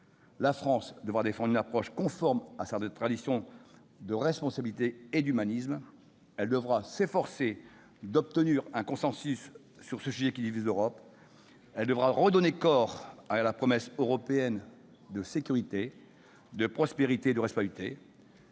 La France devra défendre une approche conforme à sa tradition de responsabilité et d'humanisme. Elle devra s'efforcer d'obtenir un consensus sur ce sujet qui divise l'Europe. Elle devra redonner corps à la promesse européenne de sécurité, de prospérité et de responsabilité.